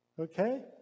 Okay